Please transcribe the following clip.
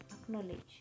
acknowledge